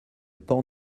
pan